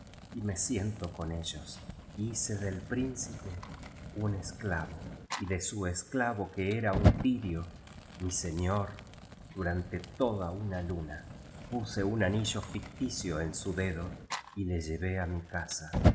y me siento con ellos hice del principe un esclavo y de su esclavo que era un tirio mi señor durante toda una luna puse un anillo ficticio en su dedo y le llevé á mi casa